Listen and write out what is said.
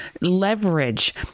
leverage